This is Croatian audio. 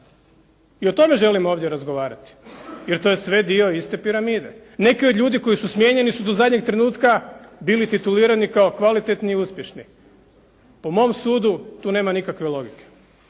I o tome želim ovdje razgovarati jer to je sve dio iste piramide. Neki od ljudi koji su smijenjeni su do zadnjeg trenutka bili titulirani kao kvalitetni i uspješni. Po mom sudu tu nema nikakve logike